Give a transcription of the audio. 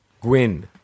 Gwyn